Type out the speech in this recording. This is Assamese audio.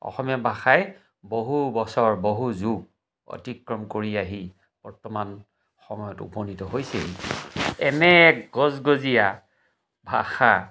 অসমীয়া ভাষাই বহু বছৰ বহু যুগ অতিক্ৰম কৰি আহি বৰ্তমান সময়ত উপনীত হৈছেহি এনে গজগজীয়া ভাষা